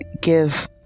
give